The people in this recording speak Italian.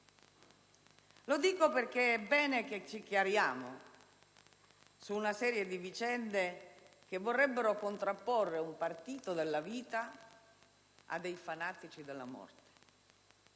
sottolineo perché è bene che si faccia chiarezza su una serie di vicende che vorrebbero contrapporre un partito della vita a dei fanatici della morte.